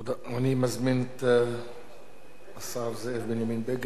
אני מזמין את השר זאב בנימין בגין להשיב